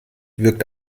wirkt